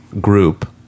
group